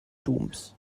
doms